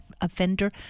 Offender